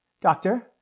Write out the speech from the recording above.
Doctor